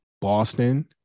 Boston